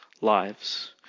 lives